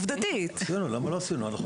עובדתית, לא עשיתם את הפילוח.